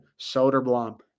Soderblom